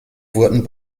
wurden